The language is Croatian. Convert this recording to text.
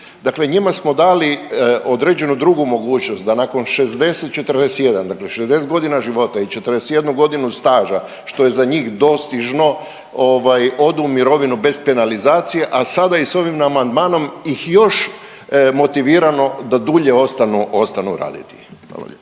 njima smo dali određenu drugu mogućnost da nakon 60 41, dakle 60 godina života i 41 godinu staža što je za njih dostižno ovaj odu u mirovinu bez penalizacije, a sada i s ovim amandmanom ih još motiviramo da dulje ostanu,